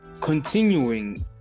continuing